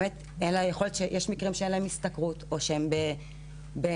יש מקרים שבהן אין לנשים השתכרות או שהן לא עובדות.